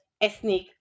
ethnic